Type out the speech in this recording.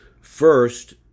First